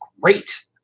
great